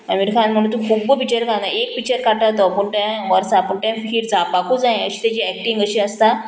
अमिर खान म्हणून तूं खूब्ब पिक्चर घालना एक पिक्चर काडटा तो पूण तें वर्सा पूण तें फिर जावपाकू जाय अशी तेजी एक्टींग अशी आसता